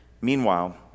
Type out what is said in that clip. Meanwhile